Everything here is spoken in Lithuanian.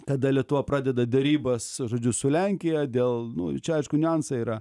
tada lietuva pradeda derybas žodžiu su lenkija dėl nu čia aišku niuansai yra